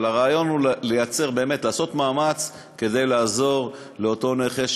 אבל הרעיון הוא לעשות מאמץ כדי לעזור לאותו נכה,